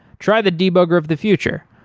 try the debugger of the future,